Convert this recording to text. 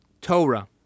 Torah